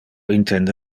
intende